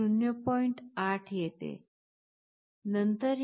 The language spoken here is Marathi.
8 येते नंतर हे 0